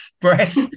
breath